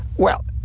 well,